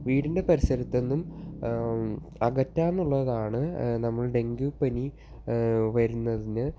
വീടിൻ്റെ പരിസരത്തു നിന്നും അകറ്റാനുള്ളതാണ് നമ്മുടെ ഡെങ്കി പനി വരുന്നതിന്